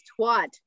twat